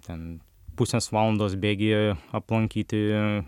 ten pusės valandos bėgyje aplankyti